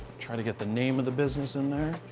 trying to get the name of the business in there.